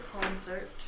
concert